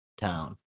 town